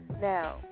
now